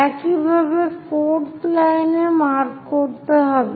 একইভাবে ফোর্থ লাইনে মার্ক করতে হবে